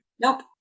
Nope